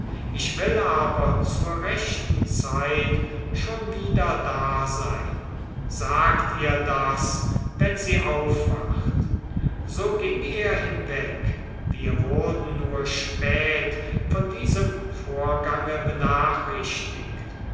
ich will aber zur rechten zeit schon wieder da sein sag ihr das wenn sie aufwacht so ging er hinweg wir wurden nur spät von diesem vorgang benachrichtigt